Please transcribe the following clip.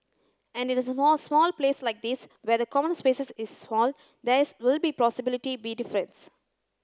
and in a small place like this where the common spaces is small there is will be possibly be difference